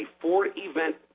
four-event